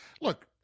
Look